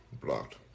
Blocked